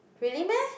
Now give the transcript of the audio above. really meh